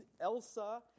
Elsa